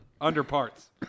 Underparts